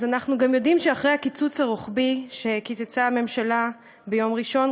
אז אנחנו גם יודעים שאחרי הקיצוץ הרוחבי שקיצצה הממשלה ביום ראשון,